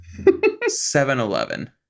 7-Eleven